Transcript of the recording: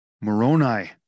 Moroni